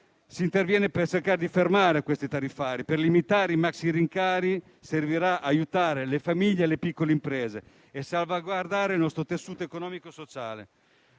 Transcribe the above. Si interviene per cercare di fermare questi tariffari. Limitare i maxi rincari servirà ad aiutare le famiglie e le piccole imprese e a salvaguardare il nostro tessuto economico-sociale,